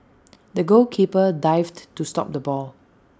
the goalkeeper dived to stop the ball